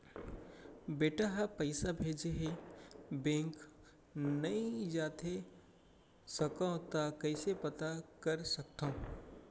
बेटा ह पइसा भेजे हे बैंक नई जाथे सकंव त कइसे पता कर सकथव?